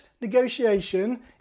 negotiation